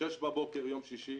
6:00 בבוקר ביום שישי,